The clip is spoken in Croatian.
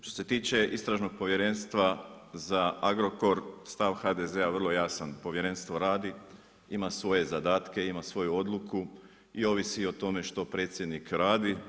Što se tiče istražnog povjerenstva za Agrokor, stav HDZ-a je vrlo jasan, povjerenstvo radi, ima svoje zadatke, ima svoju odluku i ovisi o tome, što predsjednik radi.